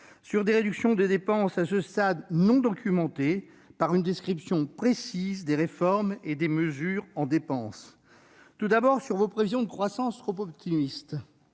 sur des réductions de dépenses à ce stade non documentées par une description précise des réformes et des mesures en dépenses. J'évoquerai tout d'abord vos prévisions de croissance trop optimistes.